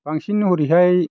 बांसिन हरैहाय